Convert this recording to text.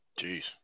Jeez